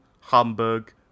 Hamburg